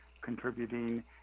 contributing